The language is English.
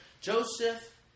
Joseph